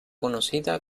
conocida